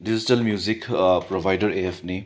digital music provider A ꯑꯦꯐꯅꯤ